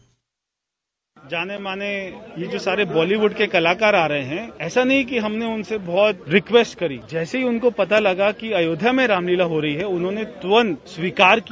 bite जाने माने ये जो सारे बालीवुड के कलाकार आ रहे है ऐसा नहीं है कि हमने उनसे रिक्वेस्ट करी जैसे ही उनको पता लगा कि अयोध्या में रामलीला हो रही है उन्होंने तुरन्त स्वीकार किया